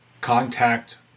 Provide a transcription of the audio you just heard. contact